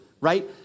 right